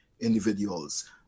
individuals